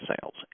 sales